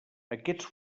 aquests